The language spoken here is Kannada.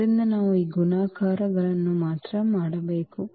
ಆದ್ದರಿಂದ ನಾವು ಈ ಗುಣಾಕಾರಗಳನ್ನು ಮಾತ್ರ ಮಾಡಬೇಕು